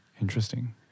Interesting